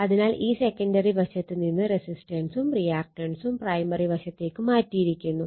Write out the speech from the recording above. അതിനാൽ ഈ സെക്കണ്ടറി വശത്തു നിന്ന് റെസിസ്റ്റൻസും റിയാക്റ്റൻസും പ്രൈമറി വശത്തേക്ക് മാറ്റിയിരിക്കുന്നു